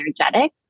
energetic